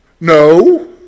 No